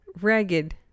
Ragged